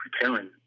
preparing